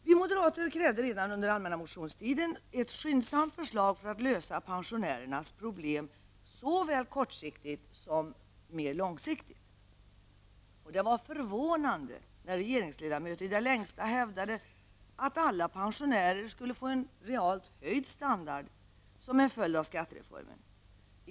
Vi moderater krävde redan under allmänna motionstiden ett skyndsamt förslag för att lösa pensionärernas problem, såväl kortsiktigt som mer långsiktigt. Det var förvånande när regeringsledamöter i det längsta hävdade att alla pensionärer skulle få en realt höjd standard som en följd av skattereformen.